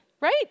right